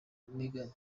meghan